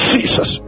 Jesus